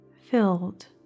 filled